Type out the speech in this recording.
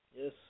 Yes